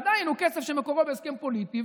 ועדיין הוא כסף שמקורו בהסכם פוליטי,